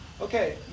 okay